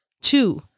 Two